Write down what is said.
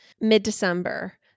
Mid-December